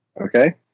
Okay